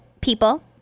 people